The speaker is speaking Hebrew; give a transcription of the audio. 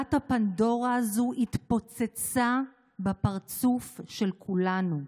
תיבת הפנדורה הזאת התפוצצה בפרצוף של כולנו.